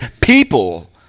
people